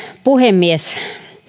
puhemies